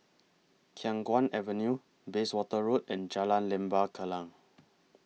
Khiang Guan Avenue Bayswater Road and Jalan Lembah Kallang